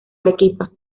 arequipa